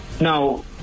now